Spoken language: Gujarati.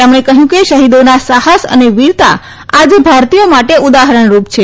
તેમણે કહ્યું કે શહીદોનું સાહસ અને વીરતા ભારતીથો માટે ઉદાહરણરૂૂ છે